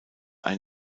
ein